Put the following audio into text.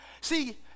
See